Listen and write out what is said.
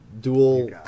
dual